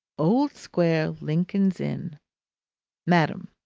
old square, lincoln's inn madam,